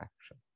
action